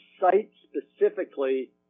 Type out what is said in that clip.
site-specifically